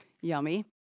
yummy